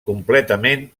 completament